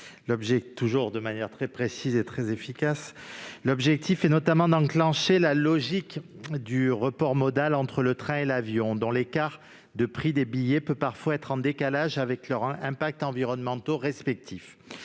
L'objectif est notamment d'enclencher la logique du report modal entre le train et l'avion, dont l'écart de prix des billets peut parfois être en décalage avec leurs impacts environnementaux respectifs.